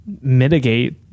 mitigate